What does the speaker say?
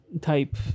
type